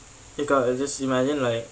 一个 just imagine like